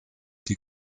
die